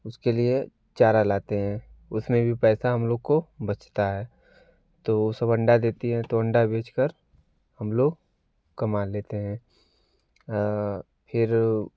उसके लिए चारा लाते हैं उसमें भी पैसा हम लोग को बचता है तो सब अंडा देती है तो अंडा बेचकर हम लोग कम लेते हैं फिर